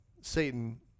Satan